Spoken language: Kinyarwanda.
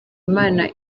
imana